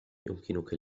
يمكنك